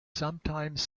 sometimes